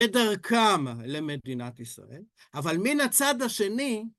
בדרכם למדינת ישראל, אבל מן הצד השני...